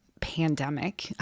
pandemic